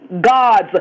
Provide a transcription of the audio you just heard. God's